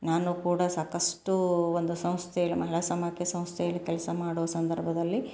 ನಾನು ಕೂಡ ಸಾಕಷ್ಟು ಒಂದು ಸಂಸ್ಥೆಯಲ್ಲಿ ಮಹಿಳಾ ಸಮಕ್ಕೆ ಸಂಸ್ಥೆಯಲ್ಲಿ ಕೆಲಸ ಮಾಡೋ ಸಂದರ್ಭದಲ್ಲಿ